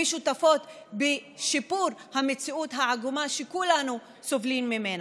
ושותפות בשיפור המציאות העגומה שכולנו סובלים ממנה.